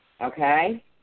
Okay